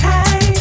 Hey